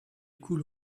coule